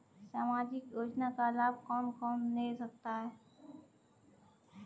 सामाजिक योजना का लाभ कौन कौन ले सकता है?